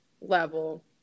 level